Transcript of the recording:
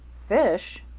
fish?